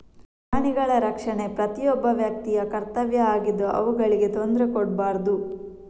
ಪ್ರಾಣಿಗಳ ರಕ್ಷಣೆ ಪ್ರತಿಯೊಬ್ಬ ವ್ಯಕ್ತಿಯ ಕರ್ತವ್ಯ ಆಗಿದ್ದು ಅವುಗಳಿಗೆ ತೊಂದ್ರೆ ಕೊಡ್ಬಾರ್ದು